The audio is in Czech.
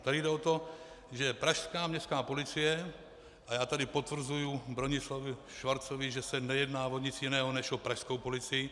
Tady jde o to, že pražská městská policie, a já tady potvrzuju Bronislavu Schwarzovi, že se nejedná o nic jiného než o pražskou policii.